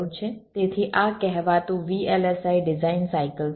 તેથી આ કહેવાતું VLSI ડિઝાઇન સાઇકલ છે